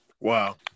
Wow